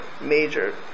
major